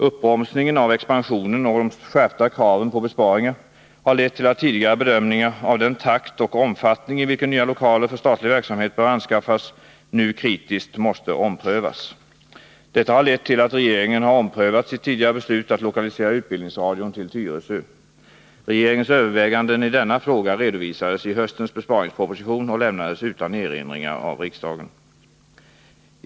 Uppbromsningen av expansionen och de skärpta kraven på besparingar har lett till att tidigare bedömningar av den takt och omfattning i vilken nya lokaler för statlig verksamhet bör anskaffas nu kritiskt måste omprövas. Detta har lett till att regeringen har omprövat sitt tidigare beslut att lokalisera utbildningsradion till Tyresö. Regeringens överväganden i denna fråga redovisades i höstens besparingsproposition och lämnades utan erinringar av riksdagen.